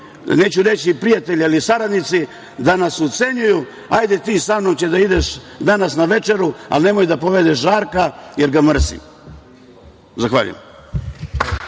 neću reći prijatelji, ali saradnici danas ucenjuju - hajde ti samnom će da ideš danas na večeru, ali nemoj da povedeš Žarka, jer ga mrzim. Zahvaljujem.